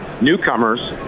newcomers